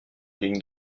d’une